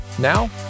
Now